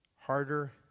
harder